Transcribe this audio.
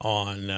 on